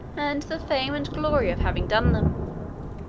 and the fame and glory of having done them.